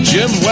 Jim